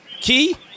Key